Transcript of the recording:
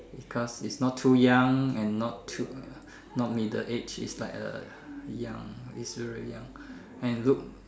because it's not too young and not too not middle age it's like a young it's real young and look